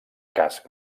casc